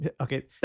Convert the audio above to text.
Okay